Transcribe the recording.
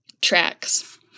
tracks